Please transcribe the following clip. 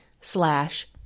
slash